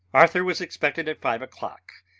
arthur was expected at five o'clock,